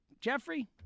Jeffrey